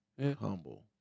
humble